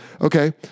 okay